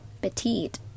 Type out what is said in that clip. petite